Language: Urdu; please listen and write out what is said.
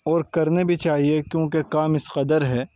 اور کرنے بھی چاہیے کیونکہ کام اس قدر ہے